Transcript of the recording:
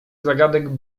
zagadek